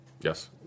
Yes